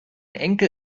enkel